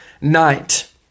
night